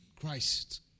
Christ